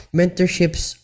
mentorships